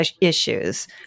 issues